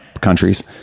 countries